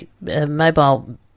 mobile